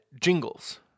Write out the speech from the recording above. jingles